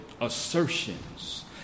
assertions